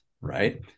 Right